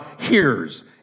hears